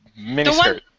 miniskirt